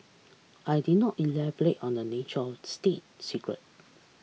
I did not elaborate on the nature of state secret